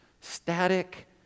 static